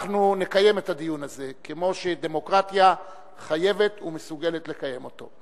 אנחנו נקיים את הדיון הזה כמו שדמוקרטיה חייבת ומסוגלת לקיים אותו.